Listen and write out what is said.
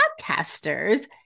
podcasters